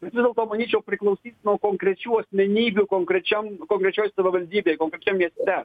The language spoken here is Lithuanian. vis dėl to manyčiau priklausys nuo konkrečių asmenybių konkrečiam konkrečioj savivaldybė konkrečiam mieste